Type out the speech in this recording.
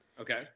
Okay